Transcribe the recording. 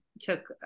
took